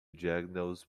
diagnose